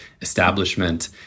establishment